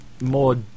more